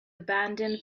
abandon